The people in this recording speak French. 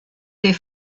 des